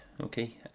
okay